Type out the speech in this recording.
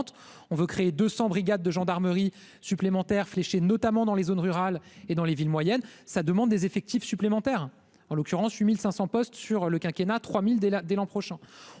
on veut créer 200 brigades de gendarmerie supplémentaires fléché, notamment dans les zones rurales et dans les villes moyennes, ça demande des effectifs supplémentaires, en l'occurrence 8 1500 postes sur le quinquennat trois mille dès la dès l'an prochain,